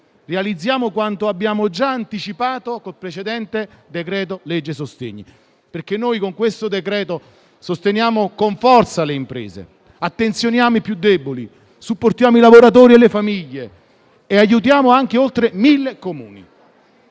realizziamo quanto abbiamo già anticipato col precedente decreto-legge sostegni, perché con questo provvedimento sosteniamo con forza le imprese, attenzioniamo i più deboli, supportiamo i lavoratori e le famiglie e aiutiamo anche oltre 1.000 Comuni.